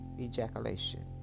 ejaculation